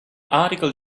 article